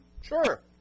Sure